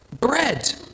bread